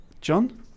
John